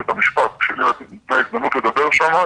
כשלי ניתנה הזדמנות לדבר שמה,